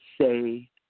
Say